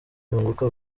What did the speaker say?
yunguka